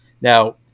Now